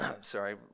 Sorry